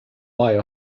buy